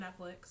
Netflix